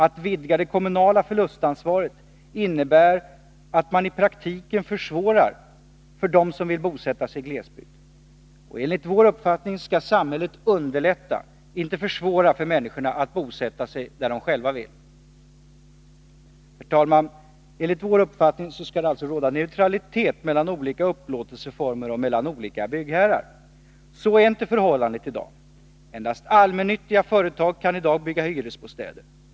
Att vidga det kommunala förlustansvaret innebär att man i praktiken försvårar för dem som vill bosätta sig i glesbygd. Enligt vår uppfattning skall samhället underlätta, inte försvåra, för människorna att bosätta sig där de själva vill. Herr talman! Enligt vår uppfattning skall det råda neutralitet mellan olika upplåtelseformer och mellan olika byggherrar. Så är inte förhållandet i dag. Endast allmännyttiga företag kan i dag bygga hyresbostäder.